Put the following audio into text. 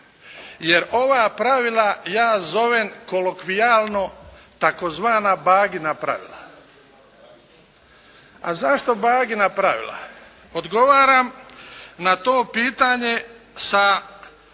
jer ova pravila ja zovem kolokvijalno tzv. Bagina pravila. A zašto Bagina pravila? Odgovaram na to pitanje sa